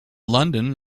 london